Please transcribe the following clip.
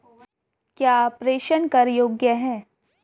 क्या प्रेषण कर योग्य हैं?